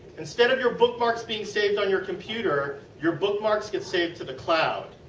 instead of your bookmarks being saved on your computer, your bookmarks get saved to the cloud